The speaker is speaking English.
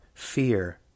Fear